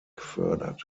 gefördert